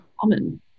common